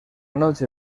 noche